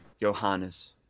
Johannes